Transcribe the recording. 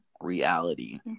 reality